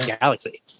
galaxy